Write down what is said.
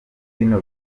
bino